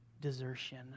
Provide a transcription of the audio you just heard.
desertion